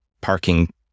parking